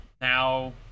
Now